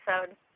episode